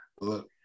Look